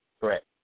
correct